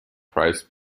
price